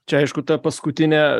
čia aišku ta paskutinė